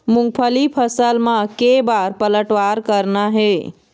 मूंगफली फसल म के बार पलटवार करना हे?